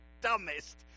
dumbest